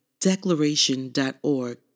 Declaration.org